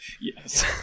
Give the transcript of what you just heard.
Yes